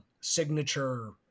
signature